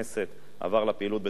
עבר לפעילות בתוך הכנסת,